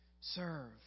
serve